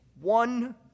one